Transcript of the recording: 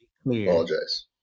apologize